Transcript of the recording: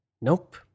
Nope